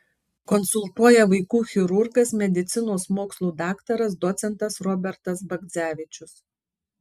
konsultuoja vaikų chirurgas medicinos mokslų daktaras docentas robertas bagdzevičius